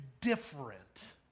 different